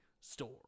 store